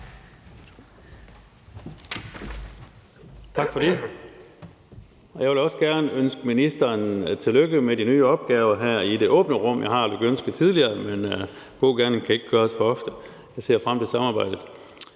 Tak for det. Jeg vil også gerne ønske ministeren tillykke med de nye opgaver her i det åbne rum. Jeg har lykønsket tidligere, men god gerning kan ikke gøres for ofte, og jeg ser frem til samarbejdet.